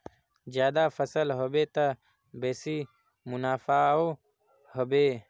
ज्यादा फसल ह बे त बेसी मुनाफाओ ह बे